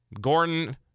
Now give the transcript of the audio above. Gordon –